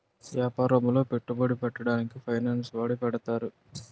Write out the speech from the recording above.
యాపారములో పెట్టుబడి పెట్టడానికి ఫైనాన్స్ వాడి పెడతారు